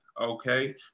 Okay